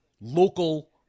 local